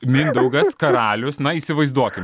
mindaugas karalius na įsivaizduokim